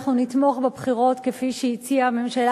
אנחנו נתמוך בבחירות כפי שהציעה הממשלה.